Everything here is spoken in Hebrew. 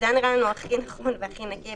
זה היה נראה לנו מאוד נכון והכי נקי.